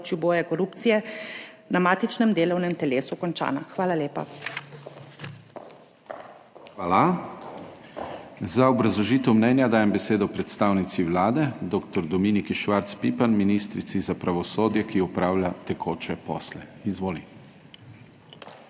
KRIVEC: Hvala. Za obrazložitev mnenja dajem besedo predstavnici Vlade, dr. Dominiki Švarc Pipan, ministrici za pravosodje, ki opravlja tekoče posle. Izvoli.